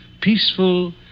peaceful